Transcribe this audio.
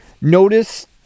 Notice